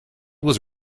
was